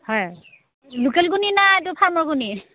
হয় লোকেল কণী নাই এইটো ফাৰ্মৰ কণী